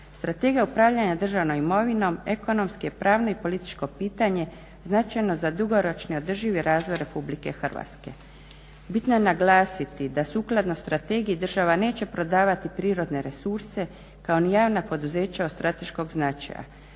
Strategija upravljanja državnom imovinom ekonomski je pravno i političko pitanje značajno za dugoročni održivi razvoj RH. Bitno je naglasiti da sukladno strategiji država neće prodavati prirodne resurse kao ni javna poduzeća od strateškog značaja.